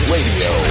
Radio